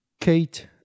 Kate